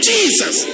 Jesus